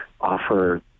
offer